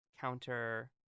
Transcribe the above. counter